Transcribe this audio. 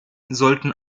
sollten